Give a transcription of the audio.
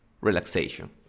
relaxation